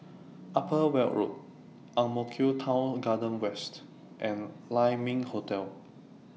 Upper Weld Road Ang Mo Kio Town Garden West and Lai Ming Hotel